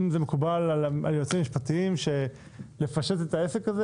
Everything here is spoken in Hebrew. אם זה מקובל על היועצים המשפטיים לפשט את העסק הזה,